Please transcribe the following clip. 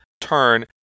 turn